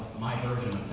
my version